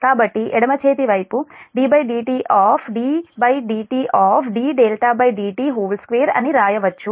కాబట్టి ఎడమ చేతి వైపు ddt ఆఫ్ ddt dδdt 2 అని వ్రాయవచ్చు